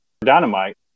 Dynamite